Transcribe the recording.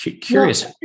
curious